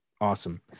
Awesome